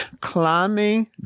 climbing